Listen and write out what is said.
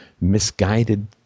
misguided